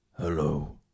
Hello